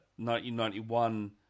1991